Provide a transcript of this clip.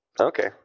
Okay